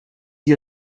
you